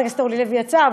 חברת הכנסת אורלי לוי יצאה,